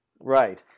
Right